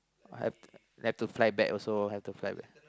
I have have to fly back also have to fly back